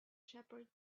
shepherd